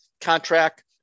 contract